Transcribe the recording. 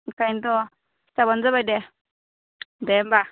बेखायनोथ' खिन्थाबानो जाबाय दे दे होमबा